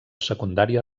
secundària